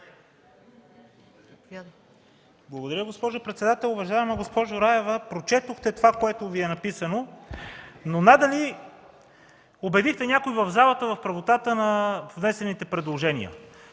Благодаря, госпожо председател. Уважаема госпожо Раева, прочетохте това, което Ви е написано, но едва ли убедихте някой в залата в правотата на внесените предложения.